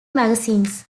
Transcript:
magazines